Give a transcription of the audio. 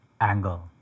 angle